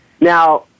Now